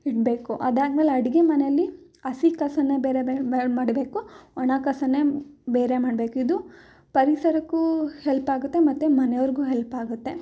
ಇಡಬೇಕು ಅದಾದ್ಮೇಲೆ ಅಡುಗೆ ಮನೆಯಲ್ಲಿ ಹಸಿ ಕಸವೇ ಬೇರೆ ಬೇರೆ ಮಾಡಬೇಕು ಒಣ ಕಸವೇ ಬೇರೆ ಮಾಡ್ಬೇಕು ಇದು ಪರಿಸರಕ್ಕೂ ಹೆಲ್ಪ್ ಆಗುತ್ತೆ ಮತ್ತೆ ಮನೆಯವ್ರಿಗೂ ಹೆಲ್ಪ್ ಆಗುತ್ತೆ